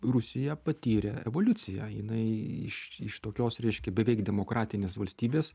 rusija patyrė evoliuciją jinai iš iš tokios reiškia beveik demokratinės valstybės